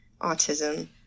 autism